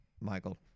Michael